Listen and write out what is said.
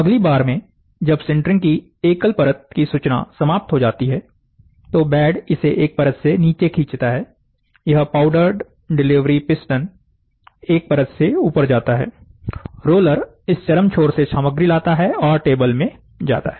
अगली बार में जब सिंटरिंग की एकल परत की सूचना समाप्त हो जाती है तो बेड इसे एक परत से नीचे खींचता है यह पाउडर्ड डिलीवरी पिस्टन एक परत से ऊपर जाता है रोलर इस चरम छोर से सामग्री लेता है और टेबल में जाता है